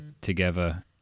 together